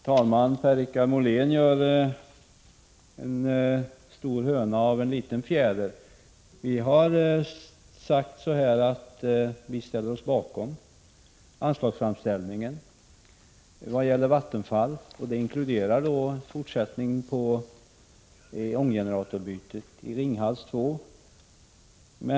Herr talman! Per-Richard Molén gör en stor höna av en liten fjäder. Vi har sagt att vi ställer oss bakom anslagsframställningen till Vattenfall, och det inkluderar en fortsättning av ånggeneratorbytet i Ringhals 2.